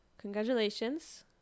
congratulations